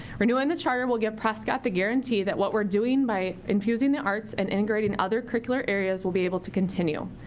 renewing the charter will give prescott the guarantee that what we're doing by infusing the arts and integrating other curricular areas will be able to continue.